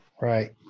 Right